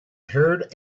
heard